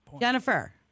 Jennifer